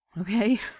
okay